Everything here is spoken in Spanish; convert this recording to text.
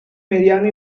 mediano